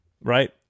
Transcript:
right